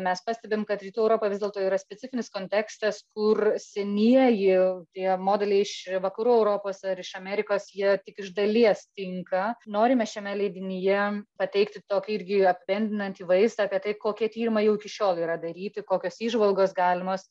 mes pastebim kad rytų europa vis dėlto yra specifinis kontekstas kur senieji tie modeliai iš vakarų europos ar iš amerikos jie tik iš dalies tinka norime šiame leidinyje pateikti tokį irgi apibendrinantį vaizdą apie tai kokie tyrimai jau iki šiol yra daryti kokios įžvalgos galimos